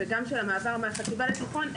וגם של המעבר מהחטיבה לתיכון,